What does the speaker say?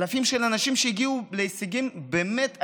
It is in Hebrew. אלפי אנשים שהגיעו להישגים באמת אדירים,